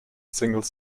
single